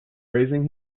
praising